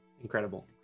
incredible